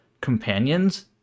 companions